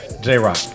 J-Rock